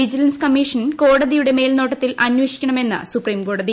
vigilance commission കോടതിയുടെ മേൽനോട്ടത്തിൽ അന്വേഷിക്കണമെന്ന് സുപ്രീംകോടതി